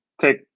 take